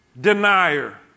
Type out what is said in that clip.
denier